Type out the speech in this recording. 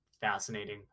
fascinating